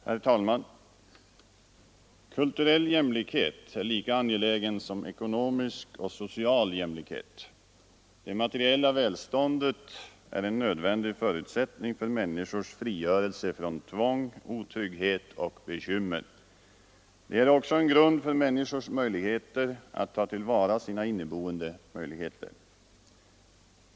Herr talman! ”Kulturell jämlikhet är lika angelägen som ekonomisk och social jämlikhet. Det materiella välståndet är en nödvändig förutsättning för människors frigörelse från tvång, otrygghet och bekymmer. Det är också en grund för människors möjligheter att ta till vara sina inneboende möjligheter.